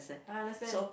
I understand